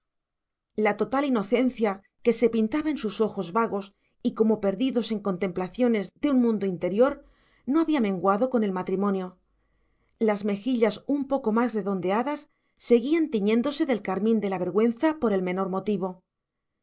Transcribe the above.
la total inocencia que se pintaba en sus ojos vagos y como perdidos en contemplaciones de un mundo interior no había menguado con el matrimonio las mejillas un poco más redondeadas seguían tiñéndose del carmín de la vergüenza por el menor motivo